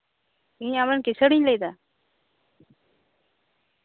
ᱤᱧ ᱟᱢᱨᱮᱱ ᱠᱮᱥᱤᱭᱟᱨᱤᱧ ᱞᱟᱹᱭᱮᱫᱟ